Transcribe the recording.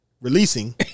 releasing